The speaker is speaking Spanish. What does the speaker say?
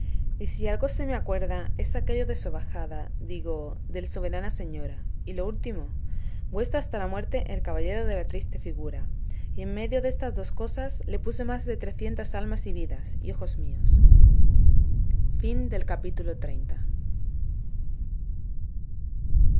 y si algo se me acuerda es aquello del sobajada digo del soberana señora y lo último vuestro hasta la muerte el caballero de la triste figura y en medio destas dos cosas le puse más de trecientas almas y vidas y ojos míos capítulo